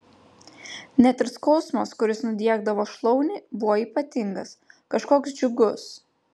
net ir skausmas kuris nudiegdavo šlaunį buvo ypatingas kažkoks džiugus